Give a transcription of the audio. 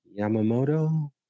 Yamamoto